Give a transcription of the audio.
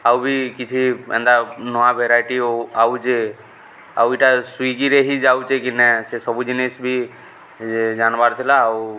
ଆଉ ବି କିଛି ଏନ୍ତା ନୂଆ ଭେରାଇଟି ଆଉଚେ ଆଉ ଇଟା ସ୍ଵିଗିରେ ହିଁ ଯାଉଚେ କି ନାଇ ସେସବୁ ଜିନିଷ୍ ବି ଜାନ୍ବାର୍ ଥିଲା ଆଉ